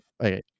okay